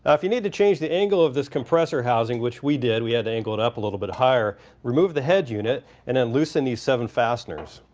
if you need to change the angle of this compressor housing, which we did, we had to angle it up a little bit higher remove the head unit, and then loosen these seven fasteners.